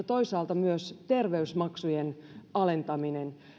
toisaalta myös terveysmaksujen alentaminen